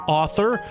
author